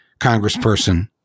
congressperson